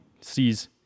sees